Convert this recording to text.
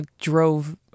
drove